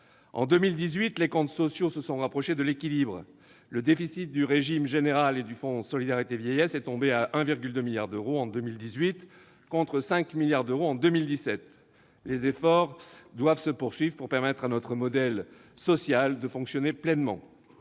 En 2018, les comptes sociaux se sont rapprochés de l'équilibre. Le déficit du régime général et du Fonds de solidarité vieillesse, le FSV, est tombé à 1,2 milliard d'euros en 2018, contre 5 milliards d'euros en 2017. Les efforts doivent se poursuivre pour permettre à notre modèle social de fonctionner pleinement.